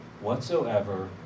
whatsoever